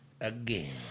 Again